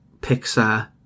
Pixar